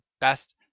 best